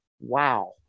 wow